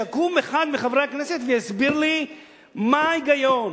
שיקום אחד מחברי הכנסת ויסביר לי מה ההיגיון,